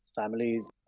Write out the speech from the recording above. families